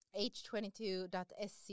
H22.sc